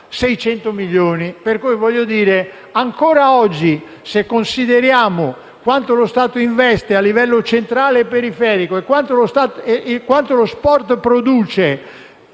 Pertanto, ancora oggi, se consideriamo quanto lo Stato investe a livello centrale e periferico e quanto lo sport produce,